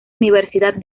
universidad